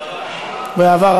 באהבה.